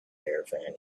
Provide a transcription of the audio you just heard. caravan